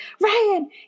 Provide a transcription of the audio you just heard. Ryan